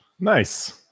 Nice